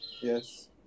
Yes